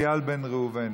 איל בן ראובן,